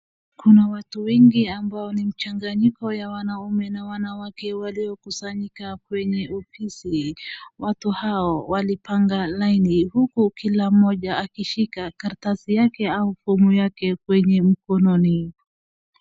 Kuna watu wengi ambao ni mchanganyiko ya wanaume na wanawake walio kusanyikwa kwenye ofisi. Watu hao walipanga laini huku kila mmoja akishika karatasi yake au fomu yake kwenye mkononi.